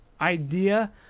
idea